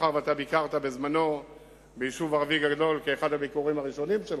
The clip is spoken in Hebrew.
מאחר שביקרת ביישוב ערבי גדול כאחד הביקורים הראשונים שלך: